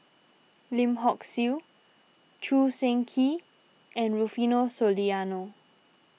Lim Hock Siew Choo Seng Quee and Rufino Soliano